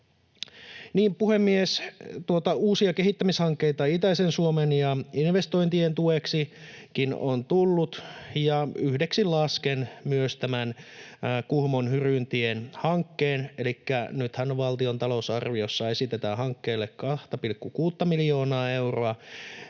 Puhemies! Uusia kehittämishankkeita itäisen Suomen ja investointien tueksikin on tullut, ja yhdeksi lasken myös tämän Kuhmon Hyryntien hankkeen. Elikkä nythän valtion talousarviossa esitetään hankkeelle 2,6:ta miljoonaa euroa,